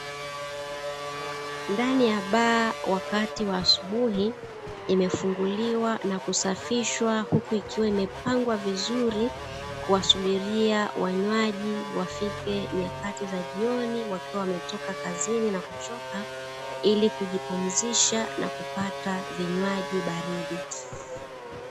Ndani ya baa wakati wa asubuhi imefunguliwa na kusafishwa, huku ikiwa imepangwa vizuri kuwasubiria wanywaji wafike nyakati za jioni wakiwa wametoka kazini na kuchoka ili kujipumzisha na kupata vinywaji baridi.